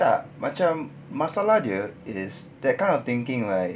tak macam masalah dia it is that kind of thinking like